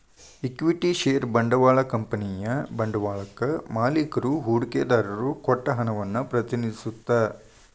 equity share ಬಂಡವಾಳ ಕಂಪನಿಯ ಬಂಡವಾಳಕ್ಕಾ ಮಾಲಿಕ್ರು ಹೂಡಿಕೆದಾರರು ಕೊಟ್ಟ ಹಣವನ್ನ ಪ್ರತಿನಿಧಿಸತ್ತ